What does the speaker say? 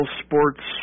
sports